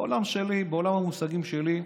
בעולם שלי, בעולם המושגים שלי,